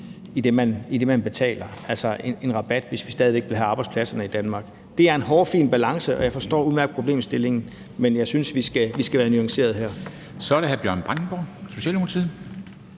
i det, man betaler, altså en rabat, hvis vi stadig væk vil have arbejdspladserne i Danmark. Det er en hårfin balance, og jeg forstår udmærket problemstillingen, men jeg synes, vi skal være nuancerede her. Kl. 15:51 Formanden : Så er det hr. Bjørn Brandenborg, Socialdemokratiet.